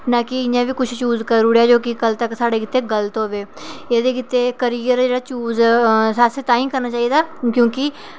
ना कि इंया किश चूज़ करी ओड़ेआ जो कि साढ़े गित्तै गलत होऐ ते एह्दे गित्तै करियर चूज़ तां ई करना चाहिदा क्योंकि